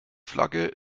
flagge